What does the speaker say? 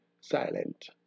silent